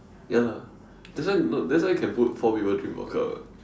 ya lah that's why that's why can put four people drink vodka